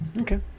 Okay